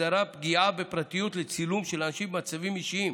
לפגיעה בפרטיות בשל צילום של אנשים במצבים אישיים.